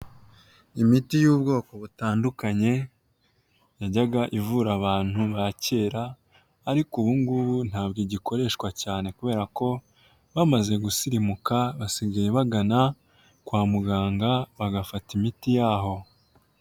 Imiti y'ubwoko butandukanye yajyaga ivura abantu ba kera ariko ubu ngubu ntabwo igikoreshwa cyane kubera ko bamaze gusirimuka basigaye bagana kwa muganga bagafata imiti yaho.